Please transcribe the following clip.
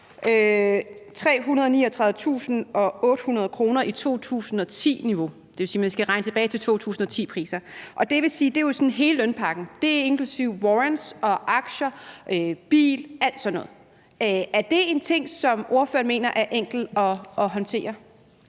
6.339.800 kr. i 2010-niveau. Det vil sige, at man skal regne tilbage til 2010-priser, og det vil jo sige, at det sådan er hele lønpakken. Det er jo inklusive warrants og aktier, bil og alt sådan noget. Er det en ting, som ordføreren mener er enkel at håndtere?